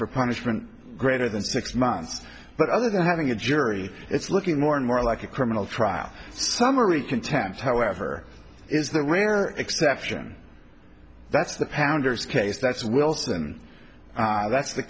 for punishment greater than six months but other than having a jury it's looking more and more like a criminal trial summary contempt however is the rare exception that's the pounders case that's wilson that's the